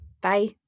bye